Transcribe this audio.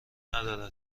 نداره